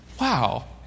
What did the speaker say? wow